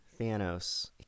Thanos